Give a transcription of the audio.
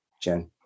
Jen